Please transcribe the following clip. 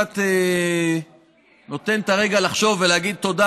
זה קצת נותן את הרגע לחשוב ולהגיד תודה,